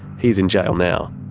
he's in jail now.